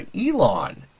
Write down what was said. Elon